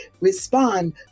respond